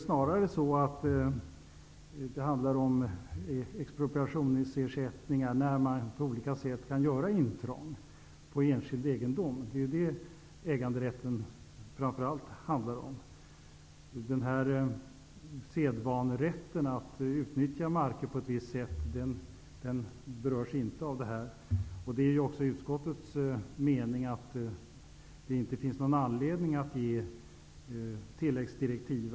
Snarare handlar det om expropriationsersättningar, när man på olika sätt kan göra intrång på enskild egendom. Det är framför allt äganderätten som det handlar om. Sedvanerätten, som innebär att utnyttja marker på ett visst sätt, berörs inte. Det är också utskottets mening att det inte finns någon anledning till tilläggsdirektiv.